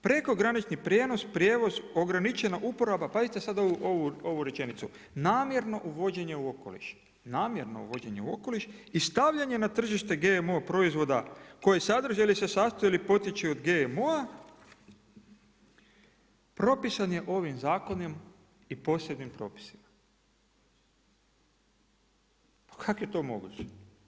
Prekogranični prijevoz ograničena uporaba“ pazite sad ovu rečenicu „namjerno uvođenje u okoliš, namjerno uvođenje u okoliš i stavljanje na tržište GMO proizvoda koje sadrže ili se sastoje ili potječu od GMO-a propisan je ovim zakonom i posebnim propisima.“ Pa kako je to moguće?